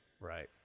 Right